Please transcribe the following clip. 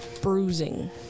bruising